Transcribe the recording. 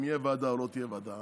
אם תהיה ועדה או לא תהיה ועדה.